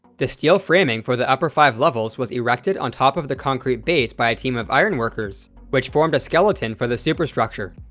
the steel framing for the upper five levels was erected on top of the concrete base by a team of iron workers, which formed a skeleton for the superstructure.